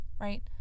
right